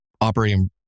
operating